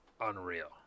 unreal